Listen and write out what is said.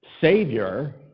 savior